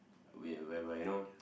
will whereby you know